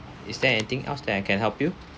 is there anything else that I can help you